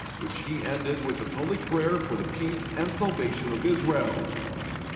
which he ended with a public prayer for the peace and salvation of israel.